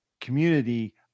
community